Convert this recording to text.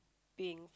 being